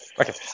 Okay